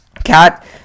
cat